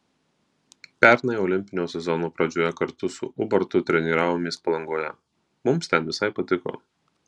pernai olimpinio sezono pradžioje kartu su ubartu treniravomės palangoje mums ten visai patiko